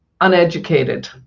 Uneducated